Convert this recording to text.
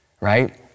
right